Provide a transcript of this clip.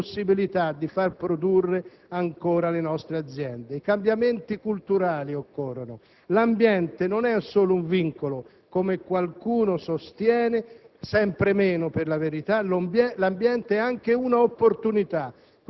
del 1992, vuole dire salvaguardia dell'ambiente, ma anche possibilità di far produrre ancora le nostre aziende. I cambiamenti culturali occorrono. L'ambiente non è solo un vincolo, come qualcuno sostiene